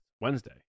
Wednesday